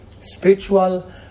spiritual